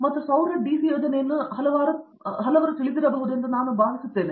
ಮತ್ತು ಸೌರ DC ಯೋಜನೆಯನ್ನು ನೀವು ಹಲವರು ತಿಳಿದಿರಬಹುದು ಎಂದು ನಾನು ಭಾವಿಸುತ್ತೇನೆ